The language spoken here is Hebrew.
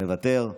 מוותר,